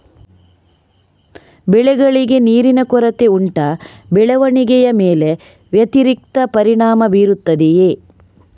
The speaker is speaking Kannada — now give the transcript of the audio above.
ಬೆಳೆಗಳಿಗೆ ನೀರಿನ ಕೊರತೆ ಉಂಟಾ ಬೆಳವಣಿಗೆಯ ಮೇಲೆ ವ್ಯತಿರಿಕ್ತ ಪರಿಣಾಮಬೀರುತ್ತದೆಯೇ?